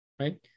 right